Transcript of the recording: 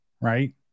right